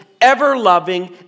ever-loving